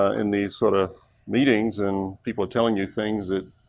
ah in these sort of meetings and people are telling you things that